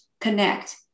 connect